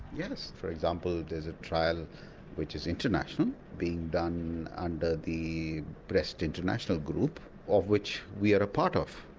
yes, for example there's a trial which is international being done under the breast international group of which we are a part of.